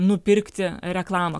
nupirkti reklamą